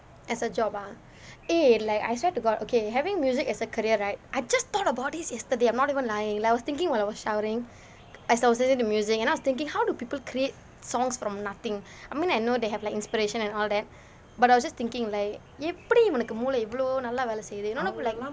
as a job ah eh like I swear to god okay having music as a career right I just thought of about this yesterday I'm not even lying like I was thinking while I was showering as I was listening to music and I was thinking how do people create songs from nothing I mean I know they have like inspiration and all that but I was just thinking like எப்படி இவனுக்கு மூளை இவ்வளவு நல்லா வேலை செய்கிறது:eppadi ivanukku mulai ivvalvu nallaa velai seykirathu you know like